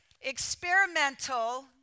experimental